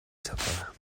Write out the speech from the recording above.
سپارم